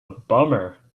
bummer